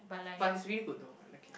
but it's really good though I like it